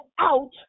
out